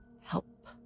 help